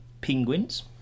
Penguins